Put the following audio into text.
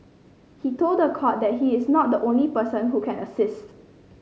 he told the court that he is not the only person who can assist